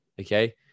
okay